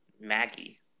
maggie